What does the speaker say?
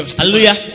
Hallelujah